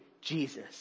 Jesus